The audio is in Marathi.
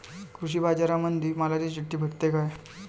कृषीबाजारामंदी मालाची चिट्ठी भेटते काय?